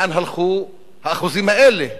לאן הלכו האחוזים האלה.